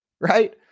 right